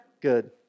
Good